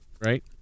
right